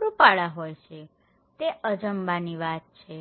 રૂપાળાં હોય છે તે અચંબાની વાત છે